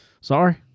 Sorry